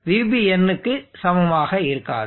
VBn க்கும் சமமாக இருக்காது